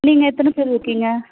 நீங்கள் எத்தனை பேர் இருக்கீங்க